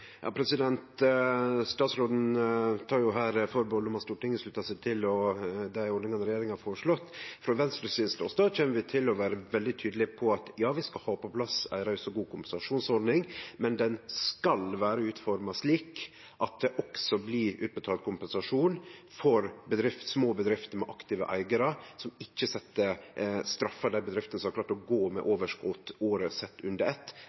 Statsråden tek her atterhald om at Stortinget sluttar seg til dei ordningane regjeringa har føreslått. Frå Venstres ståstad kjem vi til å vere veldig tydelege på at vi skal ha på plass ei raus og god kompensasjonsordning, men ho skal vere utforma slik at det også blir utbetalt kompensasjon for små bedrifter med aktive eigarar, og dei bedriftene som har klart å gå med overskot, året sett under eitt,